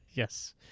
Yes